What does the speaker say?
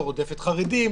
לא רודפת חרדים,